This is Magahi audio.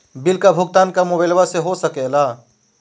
बिल का भुगतान का मोबाइलवा से हो सके ला?